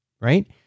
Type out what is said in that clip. right